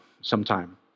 sometime